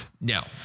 Now